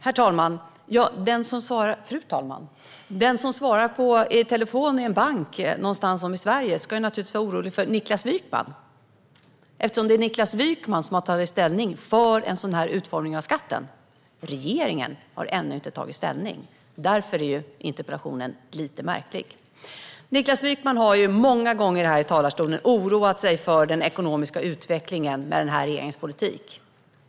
Fru talman! Den som svarar i telefonen på en bank någonstans i Sverige ska naturligtvis vara orolig för Niklas Wykman, eftersom han har tagit ställning för en sådan utformning av skatten. Regeringen har ännu inte tagit ställning. Därför är denna interpellation lite märklig. Niklas Wykman har många gånger här i talarstolen oroat sig för den ekonomiska utvecklingen med den här regeringens politik.